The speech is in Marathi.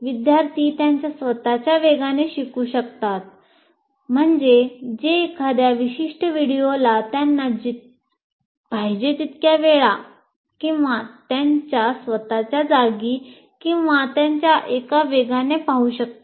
विद्यार्थी त्यांच्या स्वत च्या वेगाने शिकू शकतात म्हणजे ते एखाद्या विशिष्ट व्हिडिओला त्यांना पाहिजे तितक्या वेळा किंवा त्यांच्या स्वत च्या जागी किंवा त्यांच्या एका वेगानं पाहू शकतात